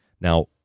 now